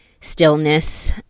stillness